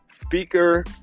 speaker